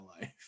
life